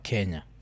Kenya